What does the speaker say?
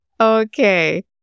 okay